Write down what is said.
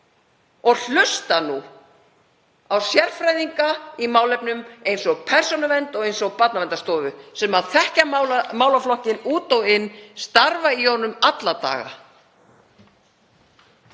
og hlusta nú á sérfræðinga í málefninu eins og Persónuvernd og Barnaverndarstofu sem þekkja málaflokkinn út og inn, starfa í honum alla daga.